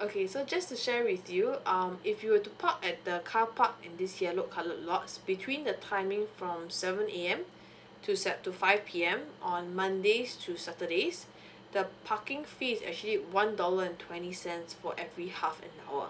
okay so just to share with you um if you were to park at the carpark in these yellow coloured lots between the timing from seven A_M to sev~ to five P_M on mondays to saturdays the parking fee is actually one dollar and twenty cents for every half an hour